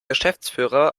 geschäftsführer